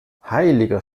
heiliger